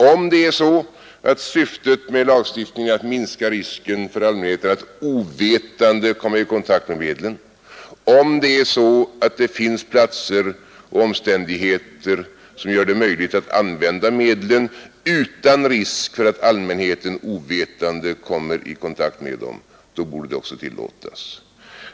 Om nu syftet med lagstiftningen är att minska risken för allmänheten att ovetande komma i kontakt med dessa bekämpningsmedel och om man nu på vissa platser och under vissa omständigheter kan använda medlen utan risk för att allmänheten ovetande kommer i kontakt med dem, så borde de också tillåtas.